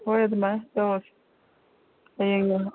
ꯍꯣꯏ ꯑꯗꯨꯃꯥꯏꯅ ꯇꯧꯔꯁꯤ ꯍꯌꯦꯡ